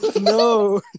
No